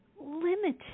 limited